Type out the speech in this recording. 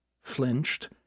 flinched